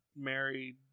Married